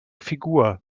figur